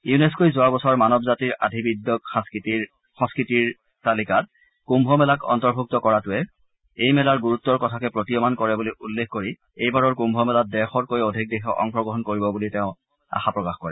ইউনেস্ক'ই যোৱা বছৰ মানৱ জাতিৰ আধিবিদ্যক সংস্কৃতিৰ তালিকাত কুম্ভ মেলাক অন্তৰ্ভুক্ত কৰাটোৱে এই মেলাৰ গুৰুতৰ কথাকে প্ৰতিয়মান কৰে বুলি উল্লেখ কৰি এইবাৰৰ কুম্ভ মেলাত ডেৰশতকৈও অধিক দেশে অংশগ্ৰহণ কৰিব বুলি তেওঁ আশা প্ৰকাশ কৰে